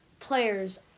players